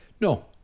No